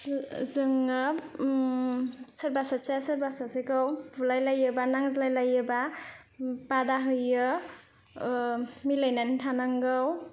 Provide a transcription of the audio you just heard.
जोङो सोरबा सासेया सोरबा सासेखौ बुलायलायोब्ला नांज्लायलायोब्ला बादा होयो मिलायनानै थानांगौ